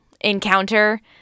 encounter